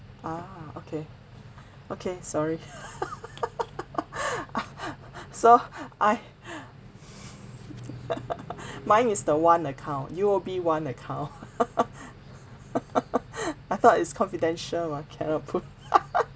ah okay okay sorry so I mine is the one account U_O_B one account I thought it's confidential mah cannot put